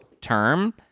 term